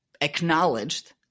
acknowledged